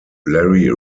larry